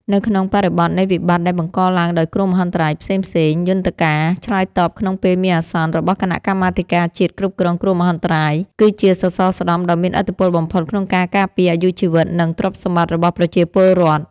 នៅក្នុងបរិបទនៃវិបត្តិដែលបង្កឡើងដោយគ្រោះមហន្តរាយផ្សេងៗ យន្តការឆ្លើយតបក្នុងពេលមានអាសន្នរបស់គណៈកម្មាធិការជាតិគ្រប់គ្រងគ្រោះមហន្តរាយ គឺជាសសរស្តម្ភដ៏មានឥទ្ធិពលបំផុតក្នុងការការពារអាយុជីវិត និងទ្រព្យសម្បត្តិរបស់ប្រជាពលរដ្ឋ។